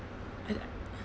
I